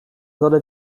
dole